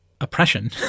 oppression